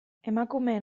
emakumeen